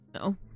No